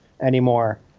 anymore